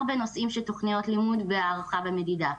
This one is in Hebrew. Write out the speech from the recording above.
בנושאים של תוכניות לימוד בהערכה ומדידה.